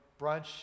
brunch